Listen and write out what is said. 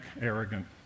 arrogant